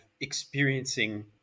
experiencing